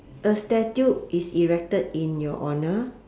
a statue is erected in your honour